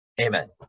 Amen